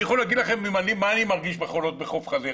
אני יכול להגיד לכם מה אני מרגיש בחולות בחוף חדרה,